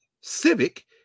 Civic